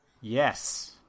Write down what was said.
Yes